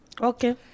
Okay